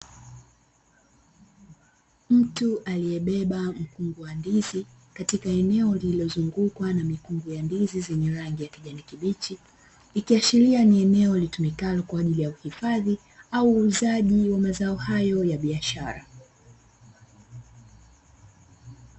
Mtu aliyebeba mkungu wa ndizi katika eneo lililozungukwa na mikungu ya ndizi zenye rangi ya kijani kibichi, ikiashiria ni eneo litumikalo kwaajili ya kuhifadhi au uuzaji wa mazao hayo ya biashara.